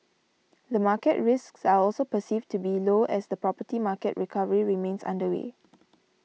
the market risks are also perceived to be low as the property market recovery remains underway